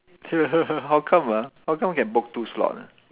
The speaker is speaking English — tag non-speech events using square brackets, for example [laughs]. [laughs] how come ah how come can book two slot ah